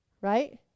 Right